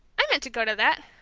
i meant to go to that.